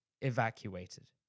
evacuated